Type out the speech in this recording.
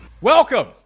Welcome